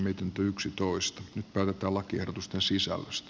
nyt päätetään lakiehdotusten sisällöstä